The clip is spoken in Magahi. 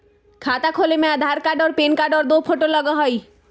खाता खोले में आधार कार्ड और पेन कार्ड और दो फोटो लगहई?